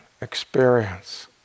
experience